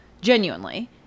genuinely